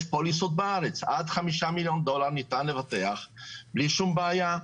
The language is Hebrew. יש פוליסות בארץ עד חמישה מיליון דולר ניתן לבטח בלי שום בעיה,